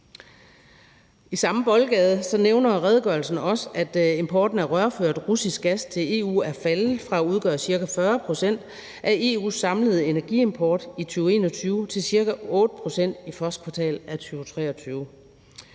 I samme boldgade nævner redegørelsen også, at importen af rørført russisk gas til EU er faldet fra at udgøre ca. 40 pct. af EU's samlede energiimport i 2021 til ca. 8 pct. i første kvartal af 2023.